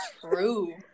true